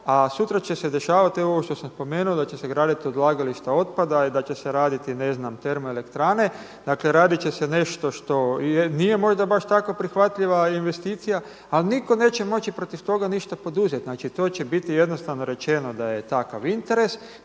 a sutra će se dešavati ovo što sam spomenuo da će se graditi odlagališta otpada i da će se raditi termoelektrane, dakle radit će se nešto što nije možda baš tako prihvatljiva investicija, ali nitko neće moći ništa protiv toga ništa poduzeti. Znači to će biti jednostavno rečeno da je takav interes,